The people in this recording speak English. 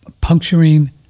puncturing